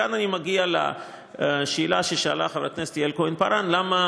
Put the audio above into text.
מכאן אני מגיע לשאלה ששאלה חברת הכנסת יעל כהן-פארן: למה